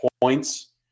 points